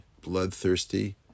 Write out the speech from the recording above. bloodthirsty